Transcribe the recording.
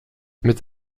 mit